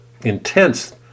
intense